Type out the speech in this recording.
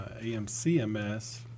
AMCMS